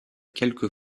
quelques